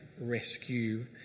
rescue